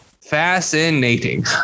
Fascinating